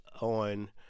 on